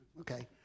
Okay